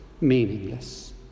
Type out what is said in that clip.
meaningless